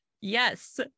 Yes